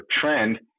trend